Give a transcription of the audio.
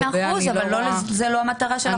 מאה אחוז, אבל זו לא המטרה של החוק.